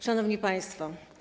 Szanowni Państwo!